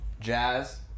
Jazz